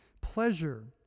Pleasure